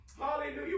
hallelujah